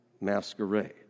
masquerade